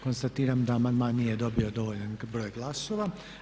Konstatiram da amandman nije dobio dovoljan broj glasova.